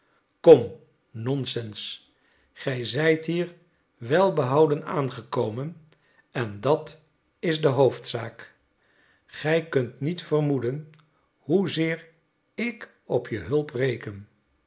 kom nonsens gij zijt hier welbehouden aangekomen en dat is de hoofdzaak gij kunt niet vermoeden hoezeer ik op je hulp reken